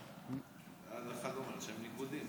אחד אומר שהם ניגודים,